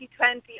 2020